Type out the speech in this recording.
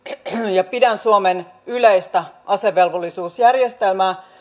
ja pidän suomen yleistä asevelvollisuusjärjestelmää